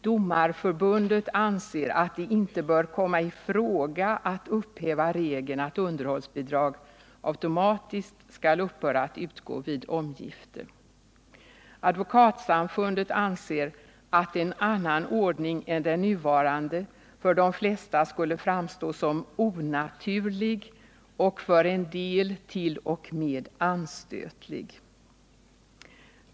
Domareförbundet anser att det inte bör komma i fråga att upphäva regeln att underhållsbidrag automatiskt skall upphöra att utgå vid omgifte. Advokatsamfundet anser att en annan ordning än den nuvarande för de flesta skulle framstå som onaturlig, och för en del t.o.m. som anstötlig.